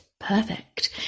perfect